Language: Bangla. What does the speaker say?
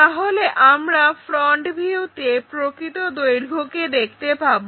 তাহলে আমরা ফ্রন্ট ভিউতে প্রকৃত দৈর্ঘ্যকে দেখতে পাবো